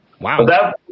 Wow